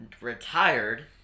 retired